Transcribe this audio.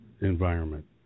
environment